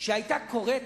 אם היתה קורית,